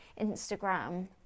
instagram